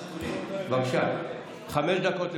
בבקשה, חמש דקות לרשותך.